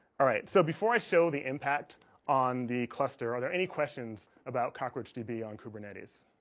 alright so before i show the impact on the cluster are there any questions about cockroach tb on kubernetes